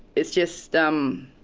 it's just, um